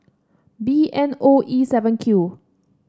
B N O E seven Q